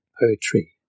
Poetry